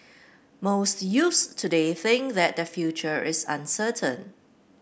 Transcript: most youths today think that their future is uncertain